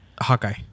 Hawkeye